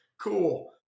Cool